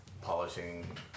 polishing